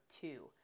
two